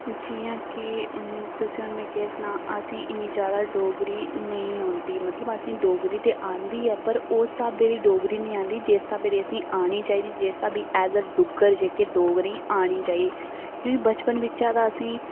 जियां कि तुसें गी हून में केह् सनां असें गी इन्नी जैदा डोगरी नेईं औंदी मतलब असें गी डोगरी ते औंदी ऐ पर उस स्हाबै दी डोगरी निं औंदी जिस स्हाबै दी असें गी औनी चाहिदी जिस स्हाबै दी डुग्गर ऐज़ ए डोगरें गी औनी चाहिदी क्योंकि बचपन बिच्चा ते असें गी